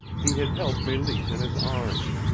he had held meleese in his arms,